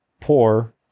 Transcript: pour